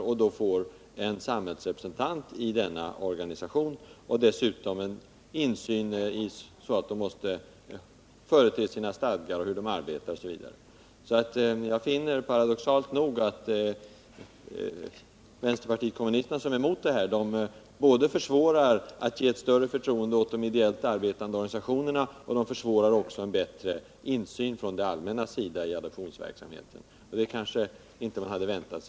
Då tillsätts samhällsrepresentanter i dessa organisationer, och dessutom får man insyn i deras stadgar, hur de arbetar, osv. Vänsterpartiet kommunisterna, som är emot det här, gör det paradoxalt nog svårare både att ge större förtroende åt de ideellt arbetande organisationerna och att få en bättre insyn från det allmännas sida i adoptionsverksamheten. Det kanske man ändå inte hade väntat sig.